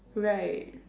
right